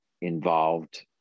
involved